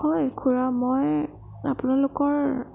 হয় খুৰা মই আপোনালোকৰ